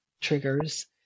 triggers